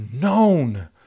known